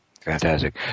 fantastic